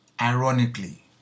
Ironically